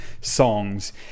songs